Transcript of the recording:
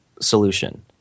solution